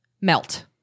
Melt